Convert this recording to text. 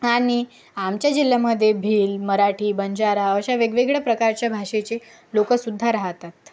आणि आमच्या जिल्ह्यामध्ये भिल मराठी बंजारा अशा वेगवेगळ्या प्रकारच्या भाषेचे लोकं सुद्धा राहतात